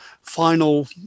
final